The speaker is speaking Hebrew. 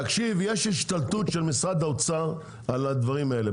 יש השתלטות של משרד האוצר על הדברים האלה,